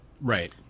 Right